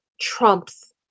trumps